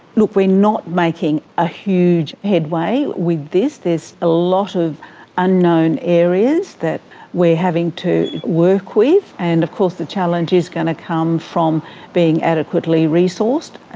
look, we're not making a huge headway with this, there's a lot of unknown areas that we're having to work with. and of course the challenge is going to come from being adequately resourced.